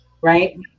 right